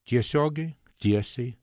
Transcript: tiesiogiai tiesiai